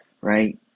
right